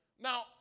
Now